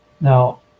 Now